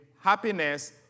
happiness